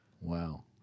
Wow